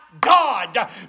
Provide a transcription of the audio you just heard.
God